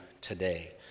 today